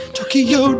Tokyo